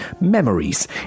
memories